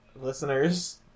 listeners